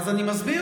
אז אני מסביר.